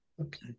okay